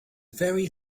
very